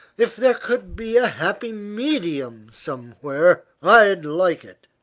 if there could be a happy medium somewhere, i'd like it.